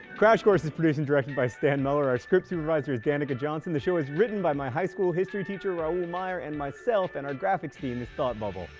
crash course is produced and directed by stan muller, our script supervisor is danica johnson, the show is written by my high school history teacher, raoul meyer, and myself, and our graphics team is thought bubble.